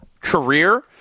career